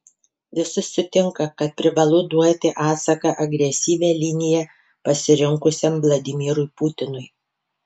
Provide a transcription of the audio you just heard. visi sutinka kad privalu duoti atsaką agresyvią liniją pasirinkusiam vladimirui putinui